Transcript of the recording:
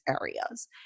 areas